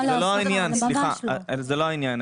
לא, סליחה, זה לא העניין.